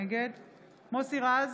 נגד מוסי רז,